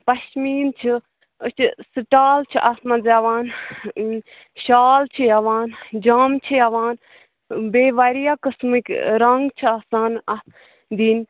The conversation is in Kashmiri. پشمیٖن چھ أسۍ چھِ سٹال چھِ اتھ مَنٛز یوان شال چھِ یوان جام چھ یوان بیٚیہِ واریاہ قسمک رنٛگ چھِ آسان اتھ دِنۍ